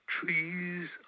trees